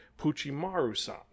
Puchimaru-san